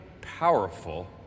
powerful